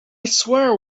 swear